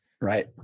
right